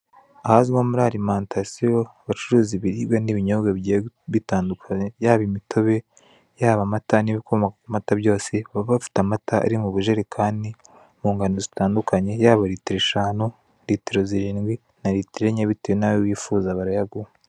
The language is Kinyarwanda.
Ahazwi nko muri alimantasiyo bacuruza ibiribwa n'ibinyobwa bigiye bitandukanye, yaba imitobe, yaba amata n'ibikomoka ku mata byose baba bafite amata ari mu bujerekani mu ngano zitanduakanye, yaba litiro eshanu, litiro zirindwi na litiro enye bitewe n'ayo wifuza barayaguha.